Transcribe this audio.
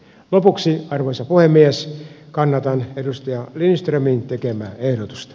lopuksi arvoisa puhemies kannatan edustaja lindströmin tekemää ehdotusta